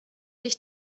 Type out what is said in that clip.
dich